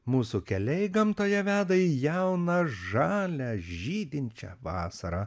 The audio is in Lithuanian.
mūsų keliai gamtoje veda į jauną žalią žydinčią vasarą